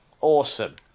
Awesome